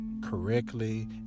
correctly